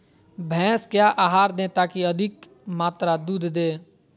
भैंस क्या आहार दे ताकि अधिक मात्रा दूध दे?